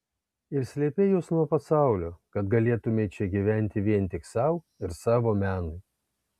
ir slėpei juos nuo pasaulio kad galėtumei čia gyventi vien tik sau ir savo menui